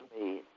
made